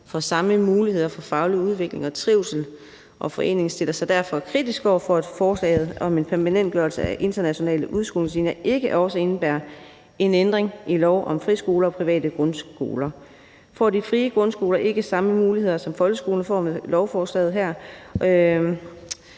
får samme muligheder for faglig udvikling og trivsel, og foreningen stiller sig derfor kritisk over for, at forslaget om en permanentgørelse af internationale udskolingslinjer ikke også indebærer en ændring i lov om friskoler og private grundskoler, altså at frie grundskoler ikke får de samme muligheder, som folkeskoler får med lovforslaget her.